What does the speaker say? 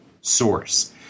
source